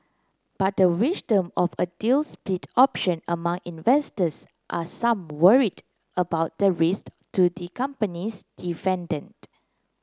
but the wisdom of a deal spit option among investors are some worried about the risk to the company's dividend